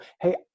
hey